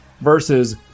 versus